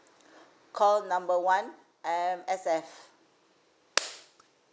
call number one M_S_F